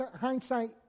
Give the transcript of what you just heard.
hindsight